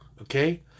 Okay